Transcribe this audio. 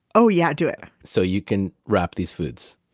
oh yeah, do it so you can rap these foods?